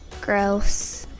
Gross